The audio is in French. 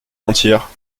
mentir